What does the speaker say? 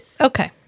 Okay